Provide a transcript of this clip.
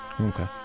Okay